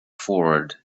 forward